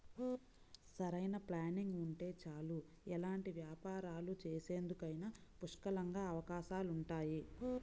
సరైన ప్లానింగ్ ఉంటే చాలు ఎలాంటి వ్యాపారాలు చేసేందుకైనా పుష్కలంగా అవకాశాలుంటాయి